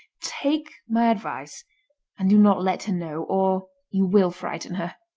take my advice and do not let her know, or you will frighten her